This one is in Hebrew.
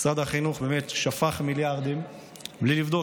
משרד החינוך שפך מיליארדים בלי לבדוק